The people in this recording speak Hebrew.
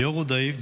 ליאור רודאיף,